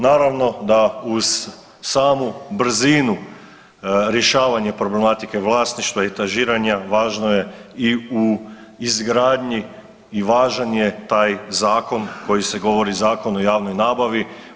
Naravno da uz samu brzinu rješavanja problematike vlasništva, etažiranja važno je i u izgradnji i važan je taj zakon koji se govori Zakon o javnoj nabavi.